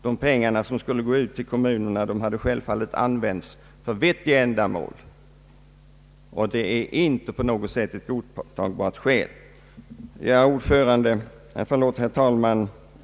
De pengar som skulle ha gått till kommunerna hade självfallet använts för vettiga ändamål. Att som skäl mot en inlösen åberopa statsfinansiella skäl, är alltså inte godtagbart. Herr talman!